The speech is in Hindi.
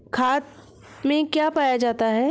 खाद में क्या पाया जाता है?